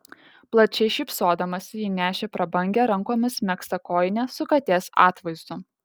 plačiai šypsodamasi ji nešė prabangią rankomis megztą kojinę su katės atvaizdu